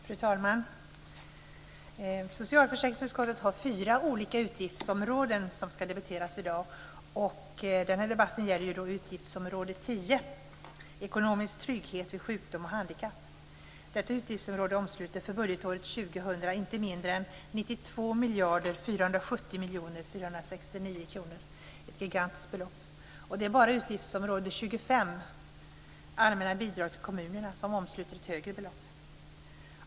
Fru talman! Socialförsäkringsutskottet har fyra olika utgiftsområden som ska debatteras i dag, och den här debatten gäller utgiftsområde 10, Ekonomisk trygghet vid sjukdom och handikapp. För budgetåret 2000 omsluter detta utgiftsområde inte mindre än 92 470 469 000 kr. Det är ett gigantiskt belopp. Det är bara utgiftsområde 25, Allmänna bidrag till kommunerna, som omsluter ett högre belopp.